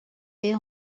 est